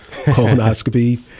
colonoscopy